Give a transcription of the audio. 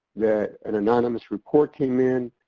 that an anonymous report came in,